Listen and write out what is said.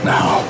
Now